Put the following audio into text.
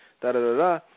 da-da-da-da